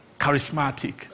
charismatic